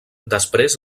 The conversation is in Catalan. després